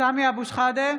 סמי אבו שחאדה,